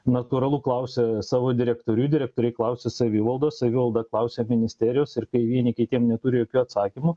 natūralu klausia savo direktorių direktoriai klausia savivaldos savivalda klausia ministerijos ir kai vieni kitiem neturi jokių atsakymų